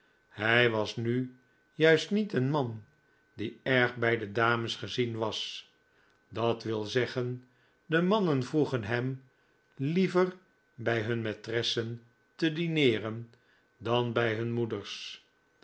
hij was nu juist niet een man die erg bij de dames gezien was dat wil zeggen de mannen vroegen hem liever bij hun maitressen te dineeren dan bij hun moeders